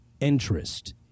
interest